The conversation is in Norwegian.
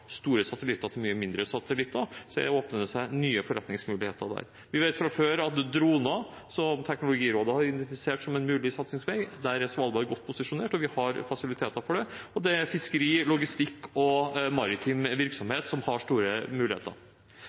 det gjelder droner, som Teknologirådet har foreslått som en mulig satsingsvei, er Svalbard godt posisjonert, og vi har fasiliteter for det. Fiskeri, logistikk og maritim virksomhet har også store muligheter.